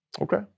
Okay